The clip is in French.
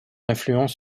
influence